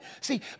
See